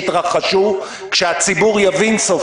וזה יתקיים כשאלפי מפגינים ייצאו